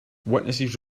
witnesses